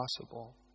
possible